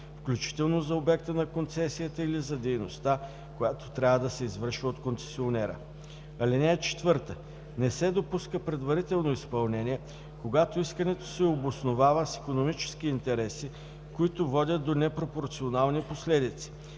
включително за обекта на концесията или за дейността, която трябва да се извършва от концесионера. (4) Не се допуска предварително изпълнение, когато искането се обосновава с икономически интереси, които водят до непропорционални последици,